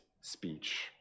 speech